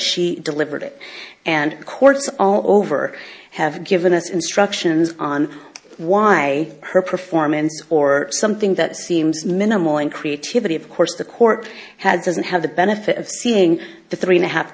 she delivered it and of course all over have given us instructions on why her performance or something that seems minimal and creativity of course the court had doesn't have the benefit of seeing the three and a half